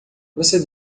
você